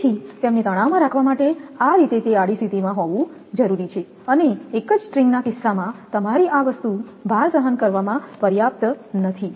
તેથી તેમને તણાવમાં રાખવા માટે આ રીતે તે આડી સ્થિતિમાં હોવું આવશ્યક છે અને એક જ સ્ટ્રિંગના કિસ્સામાં તમારી આ વસ્તુ ભાર સહન કરવામાં પર્યાપ્ત નથી